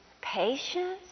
patience